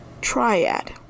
triad